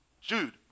Jude